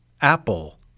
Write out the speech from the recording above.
Apple